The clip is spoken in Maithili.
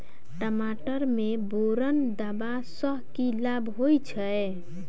टमाटर मे बोरन देबा सँ की लाभ होइ छैय?